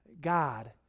God